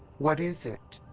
what is it?